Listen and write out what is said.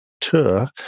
tour